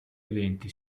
eventi